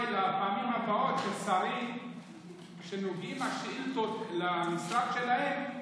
בפעמים הבאות שרים שהשאילתות נוגעות למשרד שלהם,